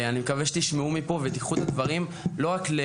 אני מקווה שתשמעו מפה ותיקחו את הדברים לא רק ל: